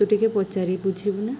ତୁ ଟିକେ ପଚାରି ବୁଝିବୁ ନା